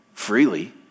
freely